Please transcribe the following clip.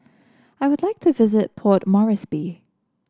I would like to visit Port Moresby